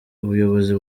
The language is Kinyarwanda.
ubuyobozi